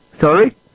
Sorry